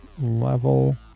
level